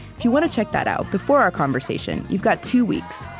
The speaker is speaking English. if you want to check that out before our conversation, you've got two weeks.